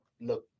look